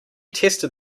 tested